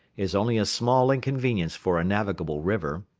is only a small inconvenience for a navigable river,